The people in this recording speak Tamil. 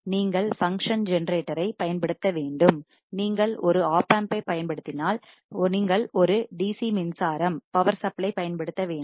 நீங்கள் ஃபங்ஷன் ஜெனரேட்டரை பயன்படுத்தவேண்டும் நீங்கள் ஒரு ஓப்பாம்பைப் பயன்படுத்தினால் நீங்கள் ஒரு டிசி DC மின்சாரம் பவர் சப்ளை பயன்படுத்த வேண்டும்